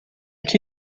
que